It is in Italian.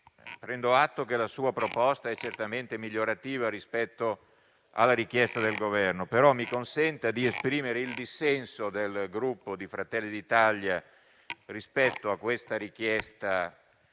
prendo atto che la sua proposta è certamente migliorativa rispetto alla richiesta del Governo, ma mi consenta di esprimere il dissenso del Gruppo Fratelli d'Italia rispetto a tale richiesta,